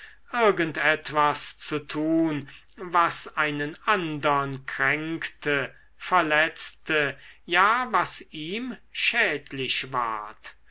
irgend etwas zu tun was einen andern kränkte verletzte ja was ihm schädlich ward